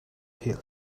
hill